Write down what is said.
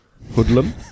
Hoodlum